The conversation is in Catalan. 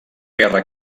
guerra